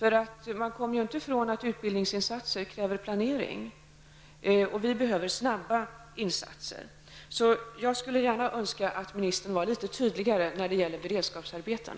Man kan inte komma ifrån att utbildningsinsatserna kräver planering, och vi behöver snabba åtgärder. Så jag skulle önska att ministern var litet tydligare när det gäller beredskapsarbeten.